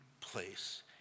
place